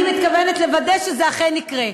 אני מתכוונת לוודא שזה אכן יקרה.